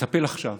לטפל עכשיו